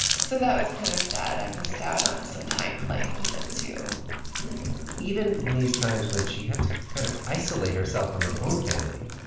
so that was kind of sad. i missed out on some time playing with him, too even in these times when she had to kind of isolate herself from her own family,